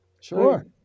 Sure